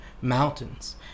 mountains